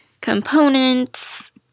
components